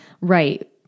Right